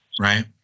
Right